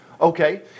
Okay